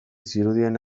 zirudien